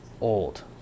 old